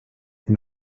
und